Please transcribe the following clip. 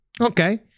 Okay